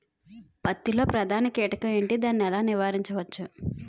పత్తి లో ప్రధాన కీటకం ఎంటి? దాని ఎలా నీవారించచ్చు?